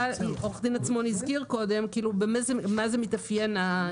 עורך הדין עצמון הסביר קודם, במה זה מתאפיין.